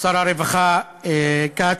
שר הרווחה כץ,